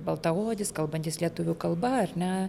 baltaodis kalbantis lietuvių kalba ar ne